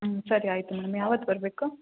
ಹ್ಞೂ ಸರಿ ಆಯಿತು ಮೇಡಮ್ ಯಾವತ್ತು ಬರಬೇಕು